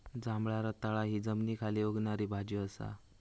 जांभळा रताळा हि जमनीखाली उगवणारी भाजी असा